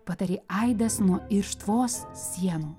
patarė aidas nuo irštvos sienų